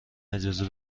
اجازه